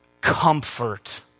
comfort